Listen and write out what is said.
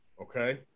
Okay